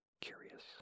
curious